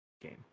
game